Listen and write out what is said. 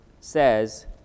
says